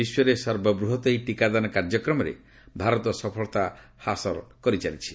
ବିଶ୍ୱରେ ସର୍ବବୃହତ୍ ଏହି ଟିକାଦାନ କାର୍ଯ୍ୟକ୍ରମରେ ଭାରତ ସଫଳତା ହାସଲ କରିଛି